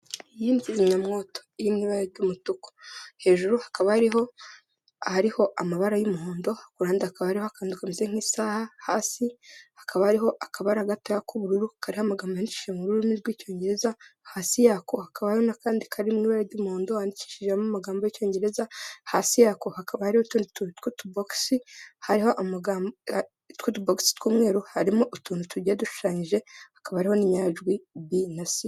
Iyi ni Kizimyamwoto iri mu ibara ry'umutuku. Hejuru hakaba hariho amabara y'umuhondo ku ruhande hakaba hariho akantu kameze nk'isaha, hasi hakaba hariho akabara gasa n'ubururu kari amagambo menshi mu rurimi rw'icyongereza hasi yako hakaba hari n'akandi kari mu ibara ry' umuhondo handikishijemo amagambo y'icyongereza, hasi yako hakaba hari n' utundi tuntu tw' utubokisi tw' umweru harimo utuntu tujyiye dushushanyije hakaba hariho n' inyajwi bi na si.